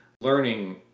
Learning